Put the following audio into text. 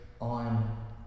on